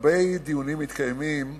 הרבה דיונים מתקיימים